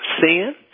sin